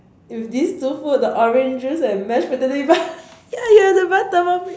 with these two food the orange juice and mash potato you buy ya you have to buy Thermomix